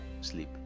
sleep